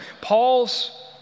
Paul's